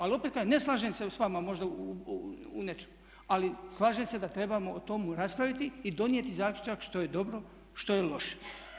Ali opet kažem, ne slažem se s vama možda u nečemu ali slažem se da trebamo o tome raspraviti i donijeti zaključak što je dobro, što je loše.